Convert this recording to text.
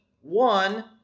one